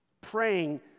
praying